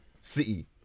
City